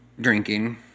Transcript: drinking